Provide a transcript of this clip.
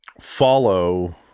follow